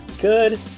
good